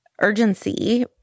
urgency